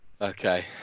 okay